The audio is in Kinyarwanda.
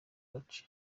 gace